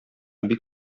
бик